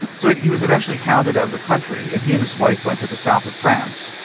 so he he was eventually hounded out of the country and he and his wife went to the south of france.